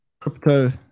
crypto